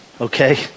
okay